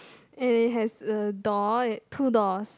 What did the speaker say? it has a door two doors